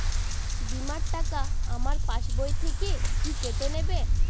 বিমার টাকা আমার পাশ বই থেকে কি কেটে নেবে?